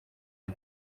ubu